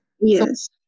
yes